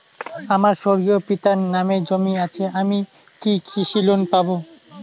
আমার স্বর্গীয় পিতার নামে জমি আছে আমি কি কৃষি লোন পাব?